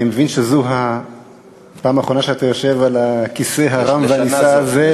אני מבין שזו הפעם האחרונה שאתה יושב על, לשנה זו.